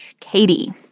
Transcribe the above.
Katie